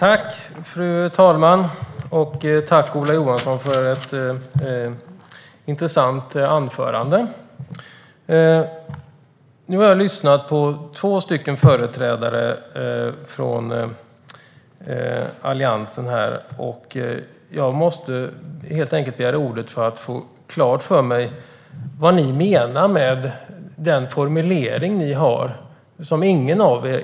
Fru talman! Tack, Ola Johansson, för ett intressant anförande! Nu har jag lyssnat på två företrädare från Alliansen, och jag begärde ordet för att få klart för mig vad ni menar med den formulering som ni har.